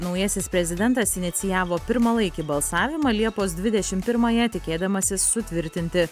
naujasis prezidentas inicijavo pirmalaikį balsavimą liepos dvidešim pirmąją tikėdamasis sutvirtinti